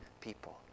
people